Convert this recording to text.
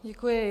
Děkuji.